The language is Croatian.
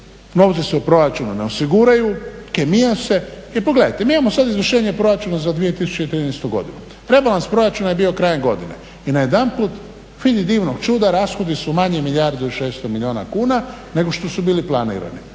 Novci se u proračunu ne osiguraju, kemija se. I pogledajte, mi imamo sad izvršenje proračuna za 2013. godinu. Rebalans proračuna je bio krajem godine i najedanput vidi divnog čuda rashodi su manji milijardu i 600 milijuna kuna nego što su bili planirani.